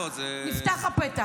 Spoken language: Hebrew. נפתח הפתח.